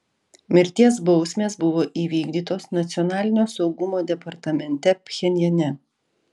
mirties bausmės buvo įvykdytos nacionalinio saugumo departamente pchenjane